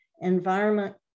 environment